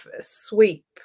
sweep